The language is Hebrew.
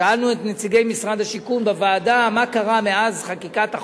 שאלנו את נציגי משרד השיכון בוועדה מה קרה מאז חקיקת החוק,